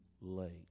late